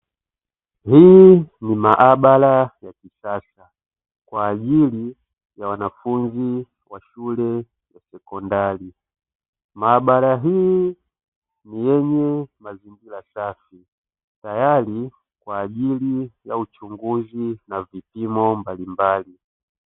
Hii ni maabara ya kisasa kwa ajli ya wanafunzi wa shule ya sekondari, maabara hii yenye mazingira safi tayari kwa ajili ya uchunguzi na vipimo mbalimbali.